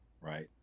right